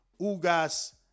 Ugas